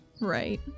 Right